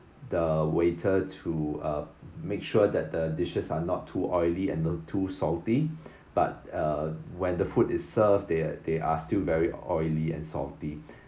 the waiter to uh make sure that the dishes are not too oily and not too salty but uh when the food is served they are they are still very oily and salty